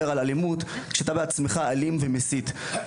על אלימות כשאתה בעצמך אלים ומסית.